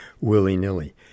willy-nilly